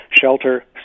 shelter